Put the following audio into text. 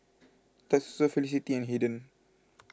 Tatsuo Felicity and Haden